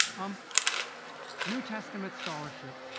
um new testament scholarship.